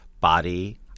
body